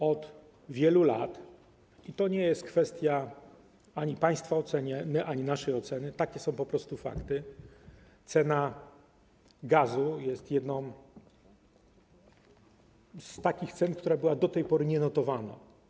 Od wielu lat, i to nie jest kwestia ani państwa oceny, ani naszej oceny, takie są po prostu fakty, cena gazu jest jedną z cen, które były do tej pory nienotowane.